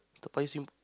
Toa-Payoh assume